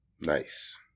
Nice